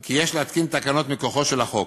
כי יש להתקין תקנות מכוחו של החוק.